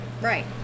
Right